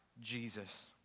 Jesus